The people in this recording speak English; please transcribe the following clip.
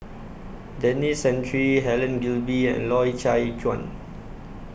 Denis Santry Helen Gilbey and Loy Chye Chuan